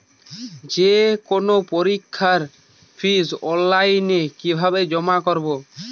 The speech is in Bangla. যে কোনো পরীক্ষার ফিস অনলাইনে কিভাবে জমা করব?